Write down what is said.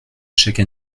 chaque